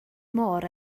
môr